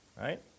right